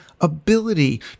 ability